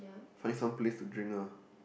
find some place to drink ah